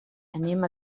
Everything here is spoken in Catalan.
anem